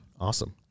awesome